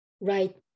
right